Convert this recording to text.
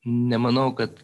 nemanau kad